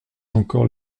encore